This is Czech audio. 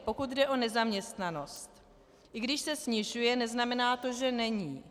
Pokud jde o nezaměstnanost, i když se snižuje, neznamená to, že není.